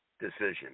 decision